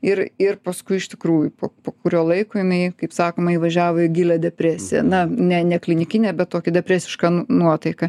ir ir paskui iš tikrųjų po kurio laiko jinai kaip sakoma įvažiavo į gilią depresiją na ne ne klinikinę bet tokį depresišką n nuotaiką